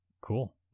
Cool